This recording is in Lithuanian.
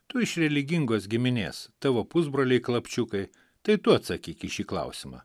tu iš religingos giminės tavo pusbroliai klapčiukai tai tu atsakyk į šį klausimą